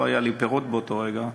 לא היו לי פירות באותו רגע,